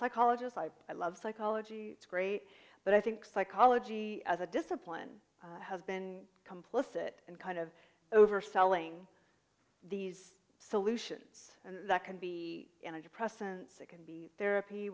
psychologist i love psychology it's great but i think psychology as a discipline has been complicit in kind of overselling these solutions and that can be you know depressants it can be therapy